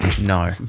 No